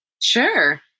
Sure